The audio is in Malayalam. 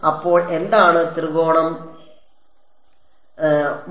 അപ്പോൾ എന്താണ് ത്രികോണം 1